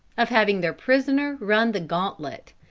of having their prisoner run the gauntlet.